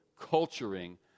culturing